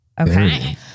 Okay